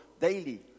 daily